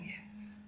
Yes